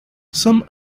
some